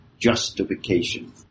justification